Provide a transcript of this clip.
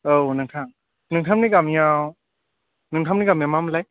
औ नोंथां नोंथांनि गामिआव नोंथांनि गामिया मा मोनलाय